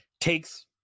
takes